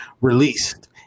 released